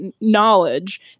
knowledge